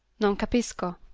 non capisco.